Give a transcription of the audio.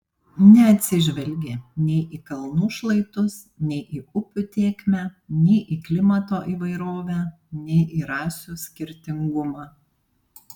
neatsižvelgė nei į kalnų šlaitus nei į upių tėkmę nei į klimato įvairovę nei į rasių skirtingumą